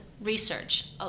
research